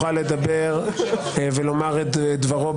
-- יוכל לדבר ולומר את דברו,